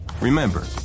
Remember